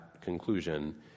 conclusion